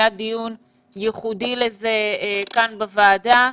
היה דיון ייחודי לזה כאן בוועדה,